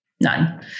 None